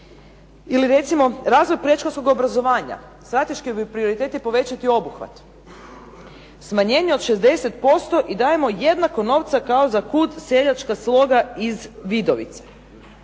Ili recimo, razvoj predškolskog obrazovanja. Strateški prioriret je povećati obuhvat, smanjenje od 60% i dajemo jednako novca kao za KUD Seljačka sloga iz Vidovice.